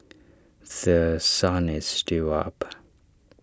The Sun is still up